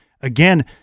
again